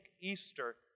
Easter